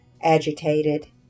agitated